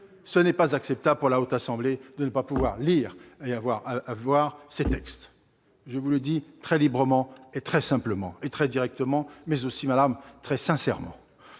Il n'est pas acceptable, pour la Haute Assemblée, de ne pas pouvoir lire et examiner ces textes. Je vous le dis très librement, très simplement, très directement, mais aussi, madame, très sincèrement.